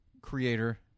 creator